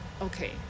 Okay